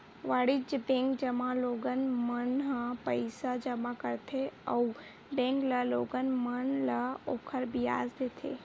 वाणिज्य बेंक, जेमा लोगन मन ह पईसा जमा करथे अउ बेंक ह लोगन मन ल ओखर बियाज देथे